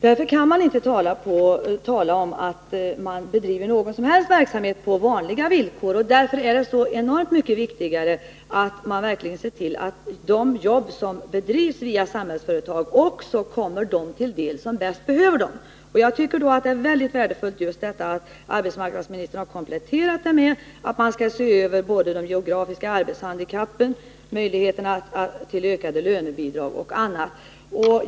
Därför kan man inte tala om att Samhällsföretag bedriver någon som helst verksamhet på vanliga villkor. Och just därför är det så enormt viktigt att vi verkligen ser till att de jobb som förmedlas via Samhällsföretag kommer dem till del som bäst behöver dem. Det äri det sammanhanget mycket värdefullt att arbetsmarknadsministern har kompletterat sitt svar med att säga att regeringen skall se över de geografiska arbetshandikappen, möjligheterna att anställa fler med lönebidrag och annat.